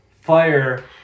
fire